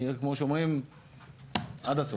אני כמו שאומרים עד הסוף.